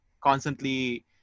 constantly